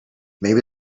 maybe